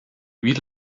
wie